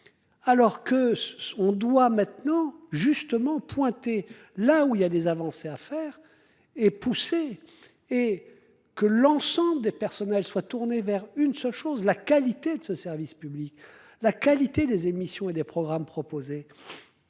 Alors que on doit maintenant justement pointé là où il y a des avancées à faire et poussé et que l'ensemble des personnels soient tournés vers une seule chose, la qualité de ce service public la qualité des émissions et des programmes proposés.